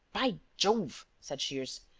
by jove! said shears.